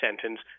sentence